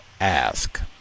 ask